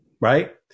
right